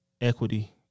equity